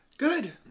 Good